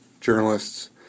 journalists